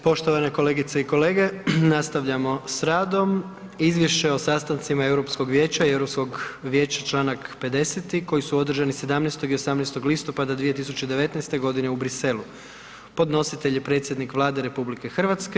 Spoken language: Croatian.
Poštovane kolegice i kolege, nastavljamo s radom - Izvješće o sastancima Europskog vijeća i Europskog vijeća (Članak 50.) koji su održani 17. i 18. listopada 2019. godine u Bruxellesu Podnositelj je predsjednik Vlade RH.